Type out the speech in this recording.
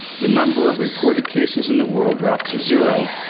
the number of reported cases in the world dropped to zero.